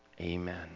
Amen